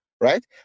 right